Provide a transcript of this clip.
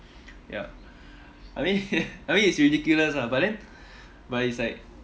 ya I mean I mean it's ridiculous ah but then but it's like